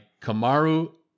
Kamaru